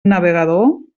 navegador